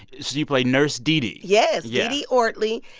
so you play nurse didi yes, yeah didi ortley.